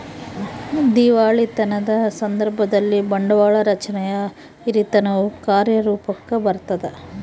ದಿವಾಳಿತನದ ಸಂದರ್ಭದಲ್ಲಿ, ಬಂಡವಾಳ ರಚನೆಯ ಹಿರಿತನವು ಕಾರ್ಯರೂಪುಕ್ಕ ಬರತದ